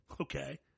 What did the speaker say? okay